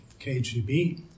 KGB